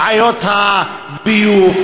בעיות הביוב,